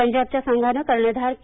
पंजाबच्या संघानं कर्णधार के